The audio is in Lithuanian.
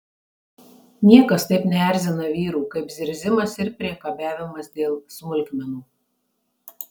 niekas taip neerzina vyrų kaip zirzimas ir priekabiavimas dėl smulkmenų